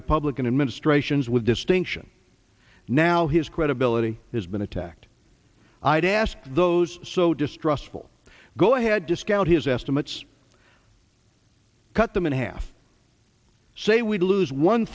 republican administrations with distinction now his credibility has been attacked i'd ask those so distrustful go ahead to scout his estimates cut them in half say we lose one